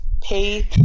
pay